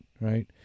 Right